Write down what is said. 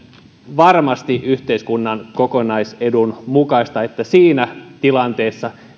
varmasti yhteiskunnan kokonaisedun mukaista että siinä tilanteessa